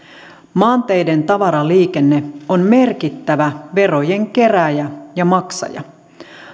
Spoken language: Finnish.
maanteiden tavaraliikenne on merkittävä verojen kerääjä ja ja maksaja